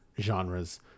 genres